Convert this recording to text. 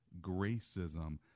Gracism